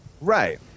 Right